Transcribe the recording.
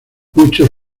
muchos